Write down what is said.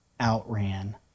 outran